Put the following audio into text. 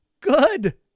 Good